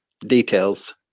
Details